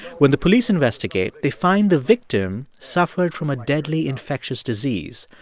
when the police investigate, they find the victim suffered from a deadly infectious disease,